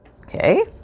Okay